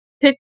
pick